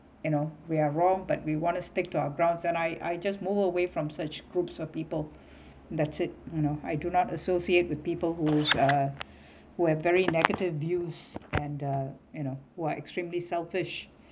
you know we are wrong but we wanna stick to our ground and I I just move away from such groups of people that's it uh no I do not associate with people whose are who have very negative views and uh you know who are extremely selfish